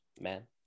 man